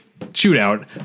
shootout